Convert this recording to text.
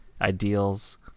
ideals